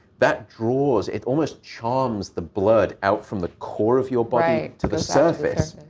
that draws, it almost charms, the blood out from the core of your body to the surface.